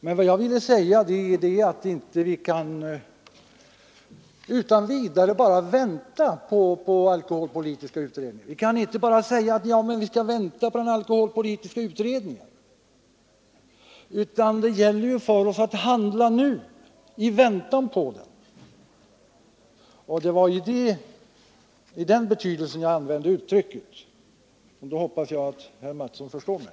Men vad jag ville säga var att vi inte kan bara vänta på resultaten från alkoholpolitiska utredningen, utan det gäller att handla nu, i väntan på utredningen. Det var i den betydelsen jag använde uttrycket. Då hoppas jag att herr Mattsson förstår mig.